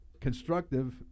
constructive